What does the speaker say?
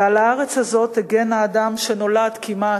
ועל הארץ הזאת הגן האדם שנולד כמעט,